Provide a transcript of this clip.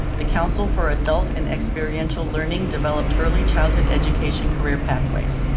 the council for adult and experiential learning developed early childhood education career pathways.